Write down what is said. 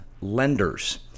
lenders